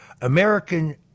American